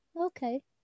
okay